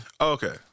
Okay